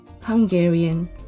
Hungarian